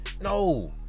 No